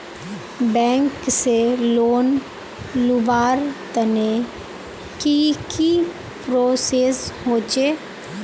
Bank से loan लुबार तने की की प्रोसेस होचे?